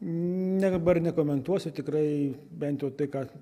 ne dabar nekomentuosiu tikrai bent jau tai ką